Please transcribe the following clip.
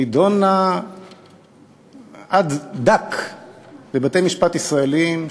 נדונה עד דק בבתי-משפט ישראליים,